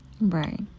Right